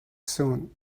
soon